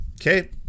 okay